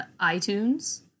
iTunes